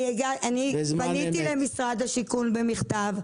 אני פניתי למשרד השיכון במכתב.